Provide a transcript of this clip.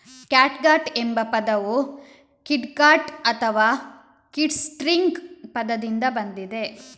catgut ಎಂಬ ಪದವು kitgut ಅಥವಾ ಕಿಟ್ಸ್ಟ್ರಿಂಗ್ ಪದದಿಂದ ಬಂದಿದೆ